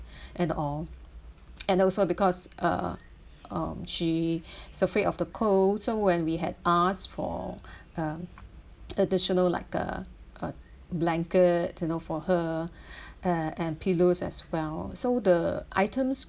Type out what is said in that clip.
and all and also because uh um she is afraid of the cold so when we had ask for uh additional like a uh blanket you know for her and and pillows as well so the items